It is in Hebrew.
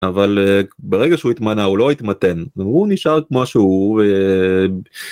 אבל ברגע שהוא התמנה הוא לא התמתן הוא נשאר כמו שהוא